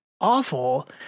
awful